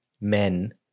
men